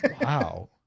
wow